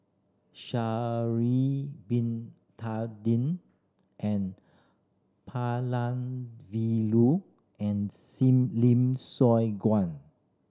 Sha'ari Bin Tadin N Palanivelu and Seem Lim Siong Guan